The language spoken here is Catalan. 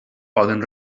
poden